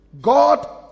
God